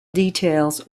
details